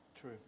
True